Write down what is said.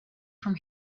from